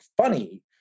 funny